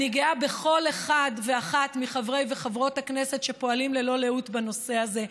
אני גאה בכל אחד ואחת מחברי וחברות הכנסת שפועלים ללא לאות בנושא הזה,